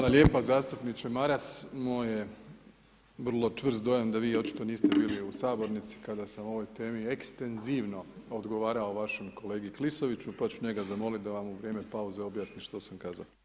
Hvala lijepa, zastupniče Maras, moj je vrlo čvrst dojam da vi očito niste bili u sabornici kada sam o ovoj temi ekstenzivno odgovarao vašem kolegi Klisoviću, pa ću njega zamoliti da vam u vrijeme pauze objasni što sam kazao.